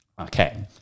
okay